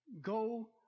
Go